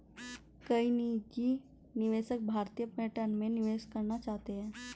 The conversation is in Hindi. कई निजी निवेशक भारतीय पर्यटन में निवेश करना चाहते हैं